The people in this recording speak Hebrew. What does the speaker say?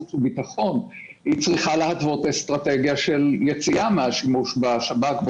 החוץ והביטחון צריכה להתוות אסטרטגיה של יציאה מהשימוש בשב"כ,